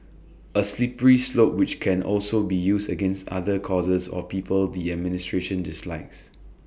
A slippery slope which can also be used against other causes or people the administration dislikes